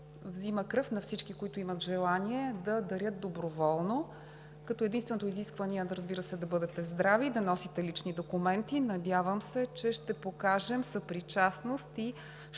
взима кръв на всички, които имат желание да дарят доброволно, като единственото изискване е, разбира се, да бъдете здрави и да носите лични документи. Надявам се, че ще покажем съпричастност и ще